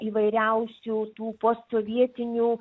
įvairiausių tų postsovietinių